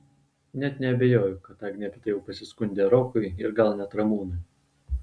net neabejoju kad agnė apie tai jau pasiskundė rokui ir gal net ramūnui